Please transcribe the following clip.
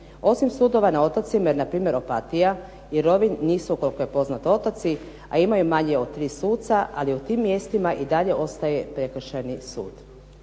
Osim sudova na otocima, jer npr. Opatija i Rovinj nisu koliko je poznato otoci, a imaju manje od 3 suca, ali u tim mjestima i dalje ostaje prekršajni sud.